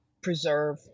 preserve